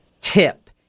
tip